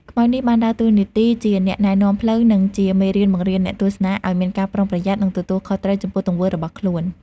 ខ្មោចនេះបានដើរតួនាទីជាអ្នកណែនាំផ្លូវ និងជាមេរៀនបង្រៀនអ្នកទស្សនាឲ្យមានការប្រុងប្រយ័ត្ន និងទទួលខុសត្រូវចំពោះទង្វើរបស់ខ្លួន។